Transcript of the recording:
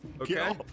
okay